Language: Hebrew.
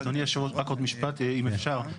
אדוני, רק עוד משפט אם אפשר.